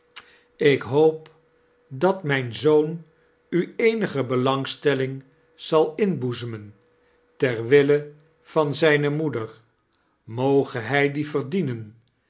ik hoop dat mijn zoon u eenige belangstelling zal inboezemen ter wille vaii zijne moeder moge hij die verdienen